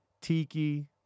Tiki